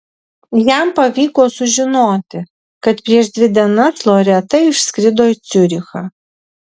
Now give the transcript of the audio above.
jam pavyko sužinoti kad prieš dvi dienas loreta išskrido į ciurichą